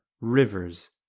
rivers